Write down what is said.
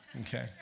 Okay